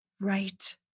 Right